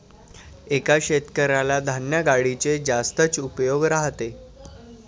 एका शेतकऱ्याला धान्य गाडीचे जास्तच उपयोग राहते